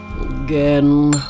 again